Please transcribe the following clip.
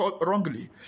wrongly